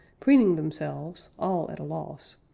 preening themselves, all at a loss,